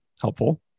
helpful